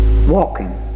Walking